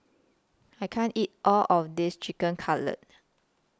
I can't eat All of This Chicken Cutlet